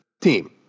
team